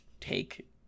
take